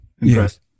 Yes